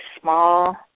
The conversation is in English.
small